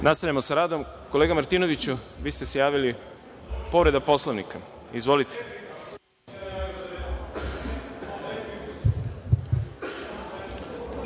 Nastavljamo sa radom. Kolega Martinoviću, vi ste se javili, povreda Poslovnika. Izvolite.